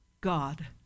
God